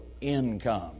income